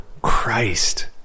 Christ